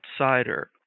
outsider